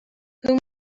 whom